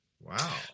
wow